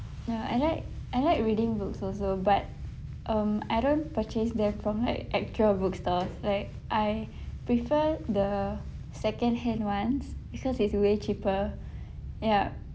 ya I like I like reading books also but um I don't purchase them from like actual bookstores like I prefer the second hand ones because it's way cheaper ya